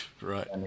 right